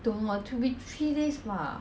don't know orh two weeks three days bah